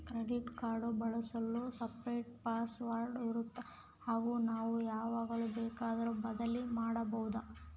Credit card ಬಳಸಲು separate password ಇರುತ್ತಾ ಹಾಗೂ ನಾವು ಯಾವಾಗ ಬೇಕಾದರೂ ಬದಲಿ ಮಾಡಬಹುದಾ?